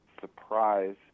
surprise